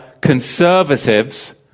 conservatives